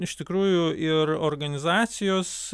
iš tikrųjų ir organizacijos